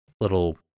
little